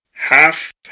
Half